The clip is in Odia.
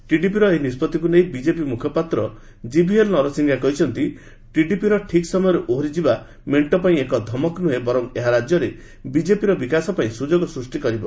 ଟିଡିପିର ଏହି ନିଷ୍ପଭିକୁ ନେଇ ବିଜେପି ମୁଖପାତ୍ର ଜିଭିଏଲ୍ ନରସିଂହା କହିଛନ୍ତି ଟିଡିପିର ଠିକ୍ ସମୟରେ ଓହରିଯିବା ମେଣ୍ଟ ପାଇଁ ଏକ ଧମକ ନୁହେଁ ବର୍ଚ ଏହା ରାଜ୍ୟରେ ବିଜେପିର ବିକାଶ ପାଇଁ ସୁଯୋଗ ସୃଷ୍ଟି କରିବ